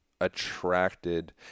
Attracted